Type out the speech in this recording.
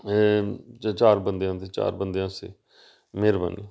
ਚ ਚਾਰ ਬੰਦਿਆਂ ਦੇ ਚਾਰ ਬੰਦੇ ਹਾਂ ਅਸੀਂ ਮਿਹਰਬਾਨੀ